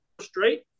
straight